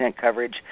coverage